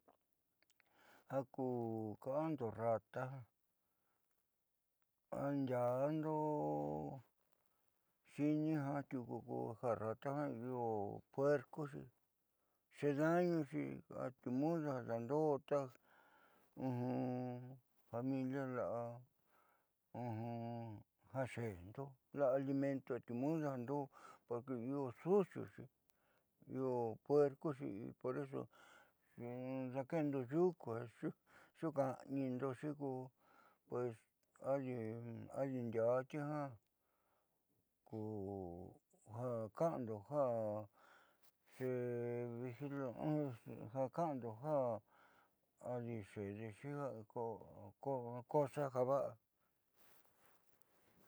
Ja kuka'ando rata ja andiando xiini jiaa tiuku ja rata io puercoxi xeedaañuxi atiu mudu ja dando'a ta familia la'a ja xeendo la'a alimento atiu mudu ja dando'a porque io sucioxi io puercoxi poreso. Dakeendo yuku xuka'ánindoxi ko pues adidiaatjiia'a ku ja ka'ando ja adixeedexi cosa ja va'a.